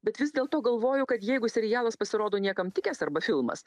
bet vis dėlto galvoju kad jeigu serialas pasirodo niekam tikęs arba filmas